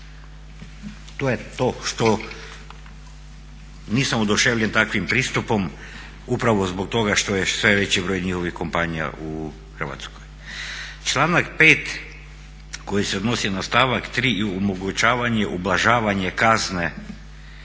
To je to što, nisam oduševljen takvim pristupom upravo zbog toga što je sve veći broj njihovih kompanija u Hrvatskoj. Članak 5. koji se odnosi na stavak 3. omogućavanje ublažavanje kazne